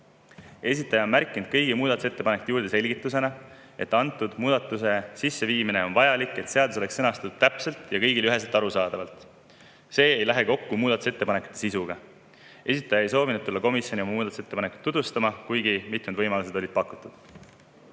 Esitaja on märkinud kõigi muudatusettepanekute juurde selgitusena, et antud muudatuse sisseviimine on vajalik, selleks et seadus oleks sõnastatud täpselt ja kõigile üheselt arusaadavalt. See ei lähe kokku muudatusettepanekute sisuga. Esitaja ei soovinud tulla komisjoni muudatusettepanekuid tutvustama, kuigi talle mitmeid võimalusi pakuti.